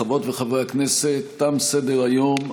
חברות וחברי הכנסת, תם סדר-היום.